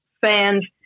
fans